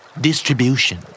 Distribution